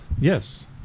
Yes